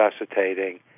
resuscitating